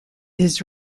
his